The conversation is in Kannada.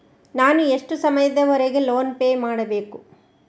ನಾನು ಎಷ್ಟು ಸಮಯದವರೆಗೆ ಲೋನ್ ಪೇ ಮಾಡಬೇಕು?